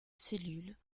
cellule